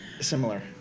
similar